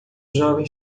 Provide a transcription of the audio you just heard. jovem